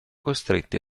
costretti